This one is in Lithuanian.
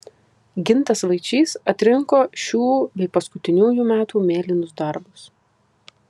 gintas vaičys atrinko šių bei paskutiniųjų metų mėlynus darbus